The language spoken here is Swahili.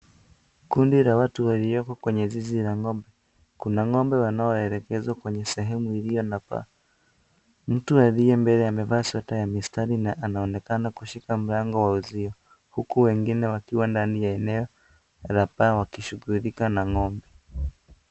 Kundi la watu walioma kwenye zizi la ng`ombe. Kuna ng`ombe wanaoelekezwa sehemu iliyo na paa. Mtu aliyembele amevaa sweta ya mistari na anaonekana kushika mlango wa uzio. Huku wengine wakiwa ndani ya eneo la paa wakishughulika na ng`ombe.